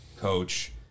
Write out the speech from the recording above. coach